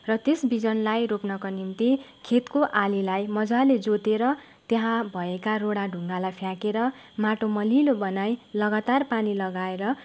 र त्यस बिजनलाई रोप्नको निम्ति खेतको आलीलाई मजाले जोतेर त्यहाँ भएका रोडा ढुङ्गालाई फ्याँकेर माटो मलिलो बनाई लगातार पानी लगाएर